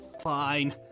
fine